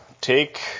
take